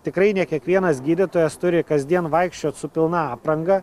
tikrai ne kiekvienas gydytojas turi kasdien vaikščiot su pilna apranga